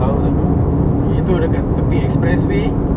tahu takpe itu dekat tepi expressway